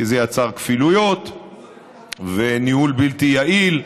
כי זה יצר כפילויות וניהול בלתי יעיל.